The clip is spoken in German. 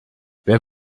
wer